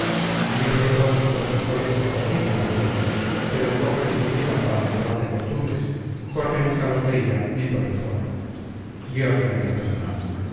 libros devotos de los mejores poseía también pero de poco le sirvieron para mejorar de costumbres porque nunca los leía ni por el forro dios le haya perdonado